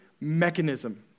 mechanism